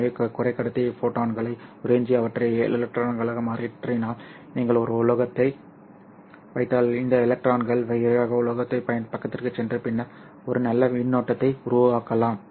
எனவே குறைக்கடத்தி ஃபோட்டான்களை உறிஞ்சி அவற்றை எலக்ட்ரான்களாக மாற்றினால் நீங்கள் ஒரு உலோகத்தை வைத்தால் இந்த எலக்ட்ரான்கள் விரைவாக உலோகப் பக்கத்திற்குச் சென்று பின்னர் ஒரு நல்ல மின்னோட்டத்தை உருவாக்கலாம்